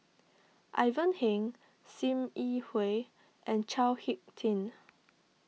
Ivan Heng Sim Yi Hui and Chao Hick Tin